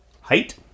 Height